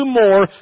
more